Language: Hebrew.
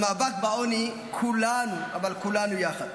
במאבק בעוני כולנו, אבל כולנו, יחד.